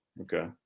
okay